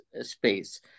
space